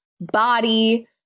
body